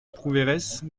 prouveiresse